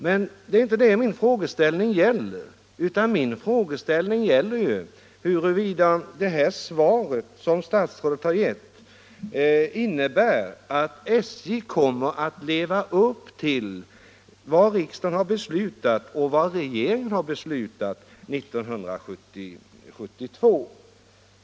Men det är inte det som min frågeställning gäller, utan den avser huruvida det svar som statsrådet givit innebär att SJ kommer att efterleva riksdagens och regeringens beslut 1972.